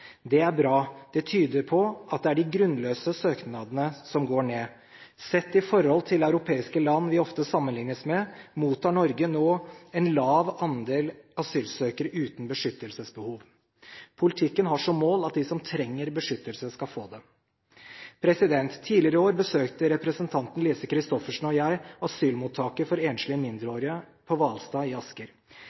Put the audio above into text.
Det er bra. Det tyder på at det er de grunnløse søknadene som går ned. Sett i forhold til europeiske land vi ofte sammenlignes med, mottar Norge nå en lav andel asylsøkere uten beskyttelsesbehov. Politikken har som mål at de som trenger beskyttelse, skal få det. Tidligere i år besøkte representanten Lise Christoffersen og jeg asylmottaket for enslige mindreårige asylsøkere på Hvalstad i Asker.